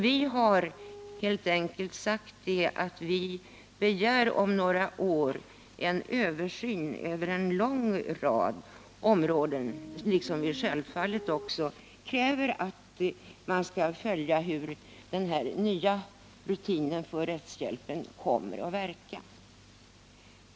Därför begär vi att en översyn om några år skall göras på en lång rad områden. Vi kräver självfallet också att man skall följa hur den nya rutinen för rättshjälpen kommer att verka.